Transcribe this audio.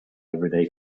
everyday